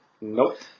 Nope